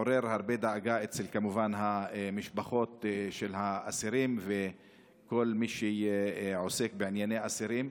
מעורר הרבה דאגה אצל המשפחות של האסירים וכל מי שעוסק בענייני אסירים.